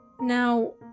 Now